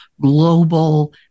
global